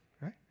right